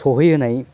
सहैहोनाय